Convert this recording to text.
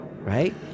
right